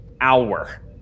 hour